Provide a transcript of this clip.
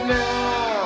now